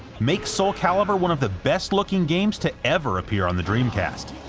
makes soul calibur one of the best looking games to ever appear on the dreamcast.